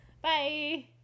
bye